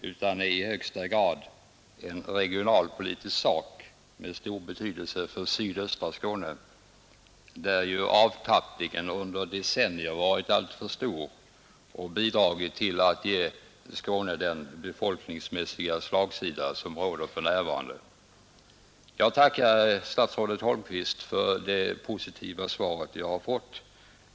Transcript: Den är i högsta grad en regionalpolitisk sak med stor betydelse för sydöstra Skåne, där ju folkavtappningen under decennier varit alltför stor och bidragit till att ge Skåne den befolkningsmässiga slagsida som råder för närvarande. Jag tackar statsrådet Holmqvist för det positiva svar jag har fått.